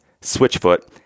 Switchfoot